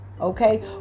Okay